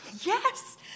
yes